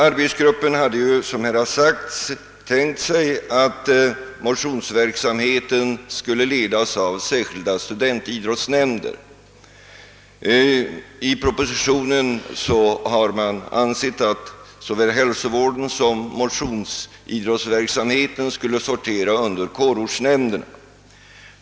Arbetsgruppen har som tidigare framhållits tänkt sig att motionsidrotten skulle ledas av särskilda studentidrottsnämnder. I propositionen avses att såväl hälsovården som motionsidrottsverksamheten skulle sortera under kårortsnämnderna.